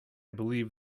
believe